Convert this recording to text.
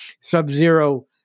Sub-Zero